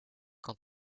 quand